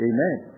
Amen